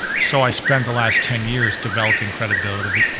so i spent the last ten years developing credibility,